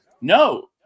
no